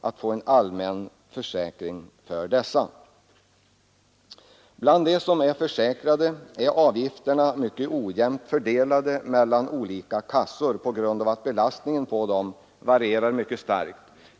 Avgifterna för de försäkrade är mycket ojämnt fördelade mellan olika kassor på grund av att belastningen på dem varierar mycket starkt.